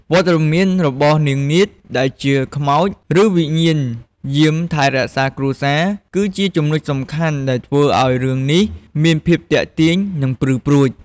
វត្តមានរបស់នាងនាថ ដែលជាខ្មោច ឬវិញ្ញាណយាមថែរក្សាគ្រួសារ គឺជាចំណុចសំខាន់ដែលធ្វើឲ្យរឿងនេះមានភាពទាក់ទាញ និងព្រឺព្រួច។